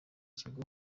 kigo